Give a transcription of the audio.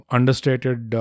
Understated